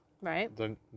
Right